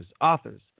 authors